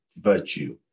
virtue